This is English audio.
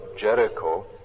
Jericho